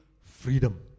freedom